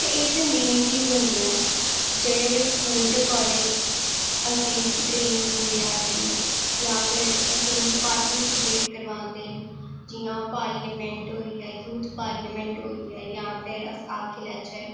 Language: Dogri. ते एह् ते मेन चीज़ होंदियां न जेह्दे बिच्च स्कूल ते कालेज़ असेंगी ट्रेनिंग देआ दे न जां फिर असेंगी पार्टिसिपेट करांदे न जियां पार्लिमैंट होइया यूथ पार्लिमैंट होईया दां जां फिर अस आक्खी लैच्चै